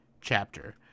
chapter